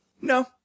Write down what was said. No